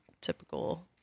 typical